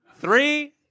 Three